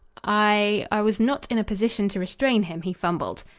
i i was not in a position to restrain him, he fumbled.